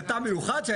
זה טעם מיוחד?